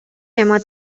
eman